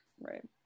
Right